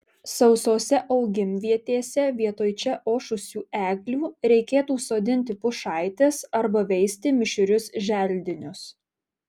sausose augimvietėse vietoj čia ošusių eglių reikėtų sodinti pušaites arba veisti mišrius želdinius